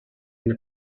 and